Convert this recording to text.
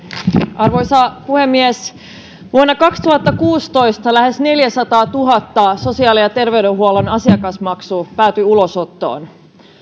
arvoisa puhemies vuonna kaksituhattakuusitoista lähes neljäsataatuhatta sosiaali ja terveydenhuollon asiakasmaksua päätyi ulosottoon